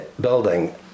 building